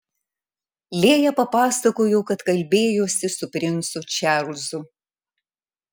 lėja papasakojo kad kalbėjosi su princu čarlzu